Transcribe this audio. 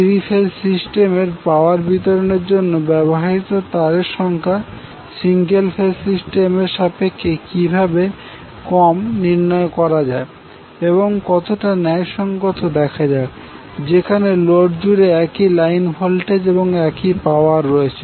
three phase সিস্টেমের power বিতরণের জন্য ব্যবহৃত তারের সংখা সিঙ্গেল ফেজ সিস্টেম এর সাপেক্ষে কিভাবে কম নির্ণয় করা যায় এবং কতটা ন্যায়সঙ্গত দেখাযাক যেখানে লোড জুড়ে একই লাইন ভোল্টেজ এবং একই পাওয়ার রয়েছে